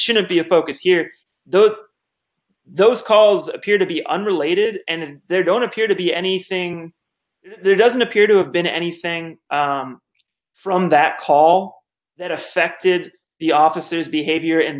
shouldn't be a focus here those those calls appear to be unrelated and there don't appear to be anything there doesn't appear to have been anything from that call that affected the officers behavior in